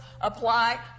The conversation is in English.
apply